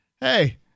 hey